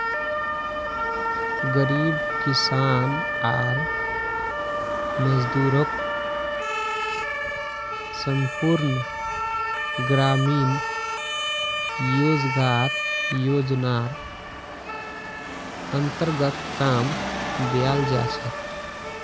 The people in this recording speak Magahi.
गरीब किसान आर मजदूरक संपूर्ण ग्रामीण रोजगार योजनार अन्तर्गत काम दियाल जा छेक